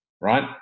right